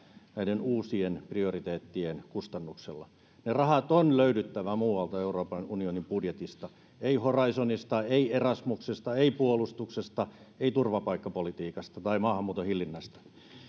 näiden uusien prioriteettien kustannuksella niiden rahojen on löydyttävä muualta euroopan unionin budjetista ei horizonista ei erasmuksesta ei puolustuksesta ei turvapaikkapolitiikasta tai maahanmuuton hillinnästä